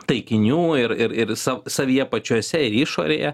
taikinių ir ir ir savyje pačiuose ir išorėje